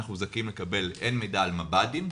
אנחנו זכאים לקבל הן מידע על מב"דים,